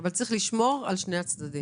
אבל צריך לשמור על שני הצדדים.